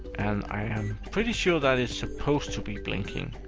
and i am pretty sure that is supposed to be blinking.